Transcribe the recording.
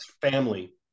family